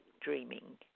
dreaming